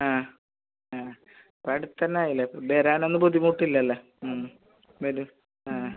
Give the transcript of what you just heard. ആ ആ അപ്പം അടുത്ത് തന്നെ ആയില്ലേ വരാനൊന്നും ബുദ്ധിമുട്ടില്ലല്ലോ വരും ആ